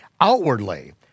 outwardly